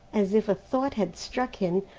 as if a thought had struck him,